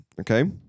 okay